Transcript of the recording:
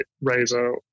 razor